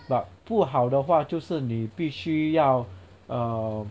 but 不好的话就是你必须要 mm